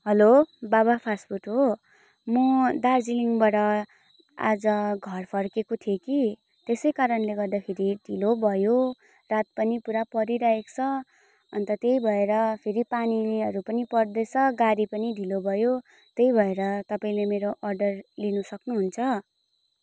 hello बाबा fast food हो म दार्जिलिङबाट आज घर फर्केको थिएँ कि त्यसै कारणले गर्दाखेरि ढिलो भयो रात पनि पुरा परि रहेको छ अन्त त्यही भएर फेरि पानीहरू पनि पर्दैछ गाडी पनि ढिलो भयो त्यही भएर तपाईँले मेरो अर्डर लिनु सक्नुहुन्छ